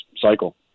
cycle